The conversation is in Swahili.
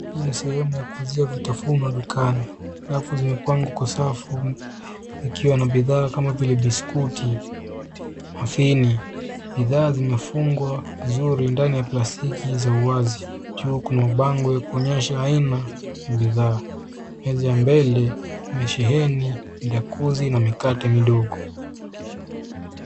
Hii ni sehemu ya kuuzia vitafuna dukani. Rafu zimepangwa kwa safu ikiwa na bidhaa kama vile biskuti, mafini. Bidhaa zimefungwa vizuri ndani ya plastiki za wazi. Juu kuna bango ya kuonyesha aina ya bidhaa. Meza ya mbele imeshehemi midakuzi na mikate midogo.